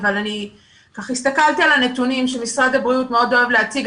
אבל הסתכלתי על הנתונים שמשרד הבריאות מאוד אוהב להציג,